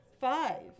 Five